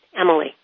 Emily